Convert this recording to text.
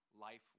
life